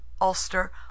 Ulster